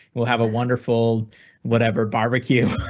will have a wonderful whatever barbecue.